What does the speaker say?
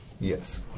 Yes